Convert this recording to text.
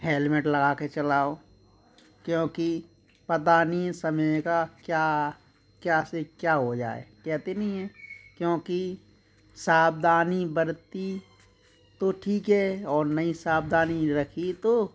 helmet लगा कर चलाओ क्योंकि पता नहीं समय का क्या क्या से क्या हो जाए कहते नहीं हैं क्योंकि सावधानी बरती तो ठीक है और नहीं सावधानी रखी तो